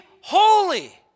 holy